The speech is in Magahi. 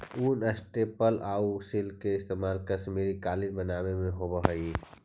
ऊन, स्टेपल आउ सिल्क के इस्तेमाल कश्मीरी कालीन बनावे में होवऽ हइ